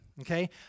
okay